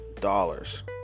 dollars